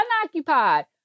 unoccupied